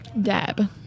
Dab